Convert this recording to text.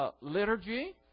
Liturgy